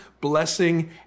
blessing